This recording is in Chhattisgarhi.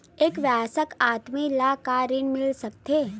एक वयस्क आदमी ल का ऋण मिल सकथे?